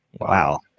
wow